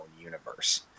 universe